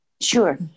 Sure